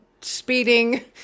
speeding